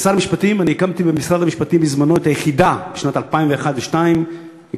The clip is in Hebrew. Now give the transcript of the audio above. שכשר המשפטים הקמתי בשנים 2001 ו-2002 את היחידה,